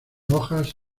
hojas